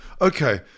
Okay